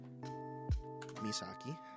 Misaki